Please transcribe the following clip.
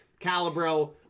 calibro